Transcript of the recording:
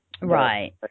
Right